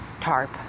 tarp